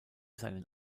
seinen